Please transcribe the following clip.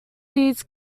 these